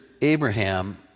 Abraham